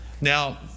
Now